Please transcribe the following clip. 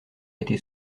été